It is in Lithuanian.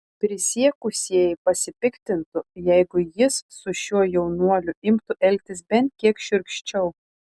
prisiekusieji pasipiktintų jeigu jis su šiuo jaunuoliu imtų elgtis bent kiek šiurkščiau